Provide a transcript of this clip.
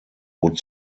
would